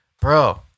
Bro